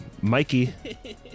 Mikey